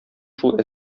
шул